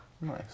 Nice